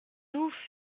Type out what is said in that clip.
ouf